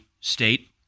state